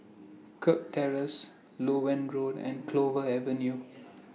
Kirk Terrace Loewen Road and Clover Avenue